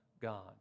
god